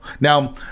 Now